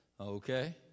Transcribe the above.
okay